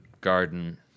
garden